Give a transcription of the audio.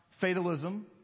fatalism